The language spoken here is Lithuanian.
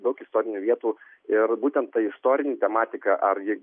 daug istorinių vietų ir būtent ta istorinė tematika ar ji